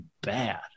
bad